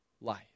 life